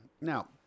Now